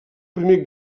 primer